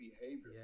behavior